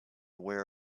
aware